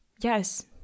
Yes